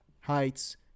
heights